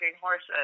horses